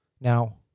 Now